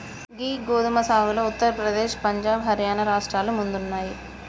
గీ గోదుమ సాగులో ఉత్తర ప్రదేశ్, పంజాబ్, హర్యానా రాష్ట్రాలు ముందున్నాయి